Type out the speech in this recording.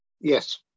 yes